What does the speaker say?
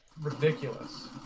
ridiculous